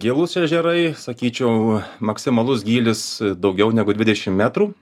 gilūs ežerai sakyčiau maksimalus gylis daugiau negu dvidešim metrų